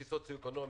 לפי סוציו-אקונומי?